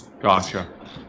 Gotcha